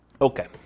Okay